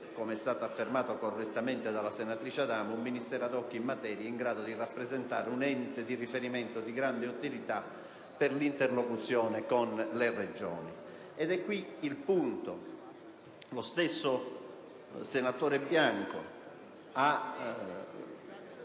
come è stato affermato correttamente dalla senatrice Adamo - un Ministero *ad hoc* in materia è in grado di rappresentare un ente di riferimento di grande utilità per l'interlocuzione con le Regioni. È questo il punto. Lo stesso senatore Bianco,